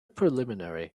preliminary